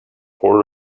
four